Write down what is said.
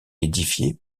édifiés